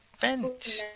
bench